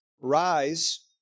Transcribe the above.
Rise